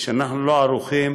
ושאנחנו לא ערוכים